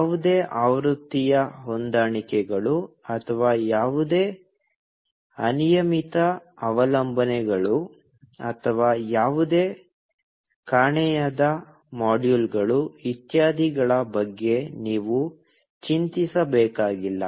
ಯಾವುದೇ ಆವೃತ್ತಿಯ ಹೊಂದಾಣಿಕೆಗಳು ಅಥವಾ ಯಾವುದೇ ಅನಿಯಮಿತ ಅವಲಂಬನೆಗಳು ಅಥವಾ ಯಾವುದೇ ಕಾಣೆಯಾದ ಮಾಡ್ಯೂಲ್ಗಳು ಇತ್ಯಾದಿಗಳ ಬಗ್ಗೆ ನೀವು ಚಿಂತಿಸಬೇಕಾಗಿಲ್ಲ